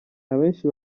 abenshi